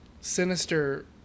Sinister